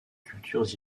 cultures